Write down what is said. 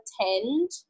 attend